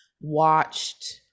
watched